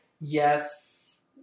Yes